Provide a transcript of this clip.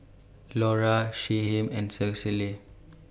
Lora Shyheim and Cicely